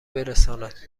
برساند